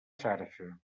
xarxa